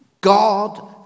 God